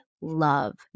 love